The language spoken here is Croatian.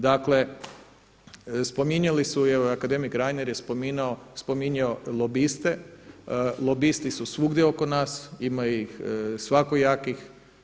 Dakle, spominjali su i evo akademik Reiner je spominjao lobiste, lobisti su svugdje oko nas, ima ih svakojakih.